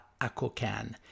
Acocan